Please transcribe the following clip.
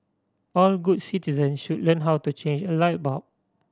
all good citizen should learn how to change a light bulb